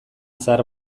zahar